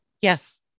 yes